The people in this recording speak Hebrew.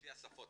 לפי השפות.